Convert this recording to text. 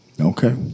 Okay